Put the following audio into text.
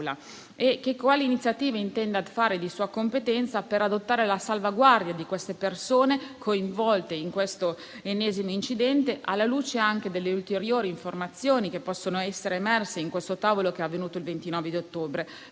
anche quali iniziative intenda prendere di sua competenza per adottare la salvaguardia delle persone coinvolte in questo ennesimo incidente, alla luce anche delle ulteriori informazioni che possono essere emerse nel tavolo tenutosi il 29 ottobre,